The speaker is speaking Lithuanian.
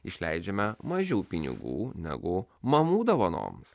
išleidžiame mažiau pinigų negu mamų dovanoms